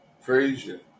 Frazier